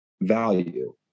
value